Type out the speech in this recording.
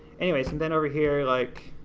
anyways, and then over here, like,